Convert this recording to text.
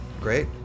Great